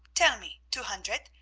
tell me, two hundert,